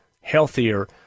healthier